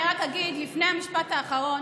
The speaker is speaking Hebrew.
אני רק אגיד, לפני המשפט האחרון,